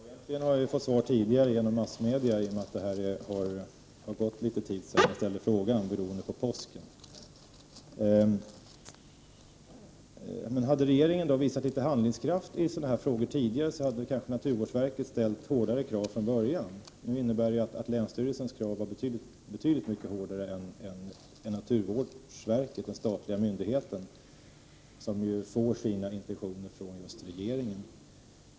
Herr talman! Egentligen har jag fått svar tidigare i massmedia, på grund av att det har gått en tid — bl.a. har det ju varit påskuppehåll sedan jag ställde frågan. Om regeringen hade visat litet handlingskraft i sådana här frågor tidigare hade naturvårdsverket kanske rest hårdare krav från början. Nu har ju länsstyrelsens krav varit betydligt hårdare än naturvårdsverkets, dvs. den statliga myndighetens, som får sina instruktioner från regeringen.